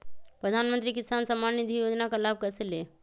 प्रधानमंत्री किसान समान निधि योजना का लाभ कैसे ले?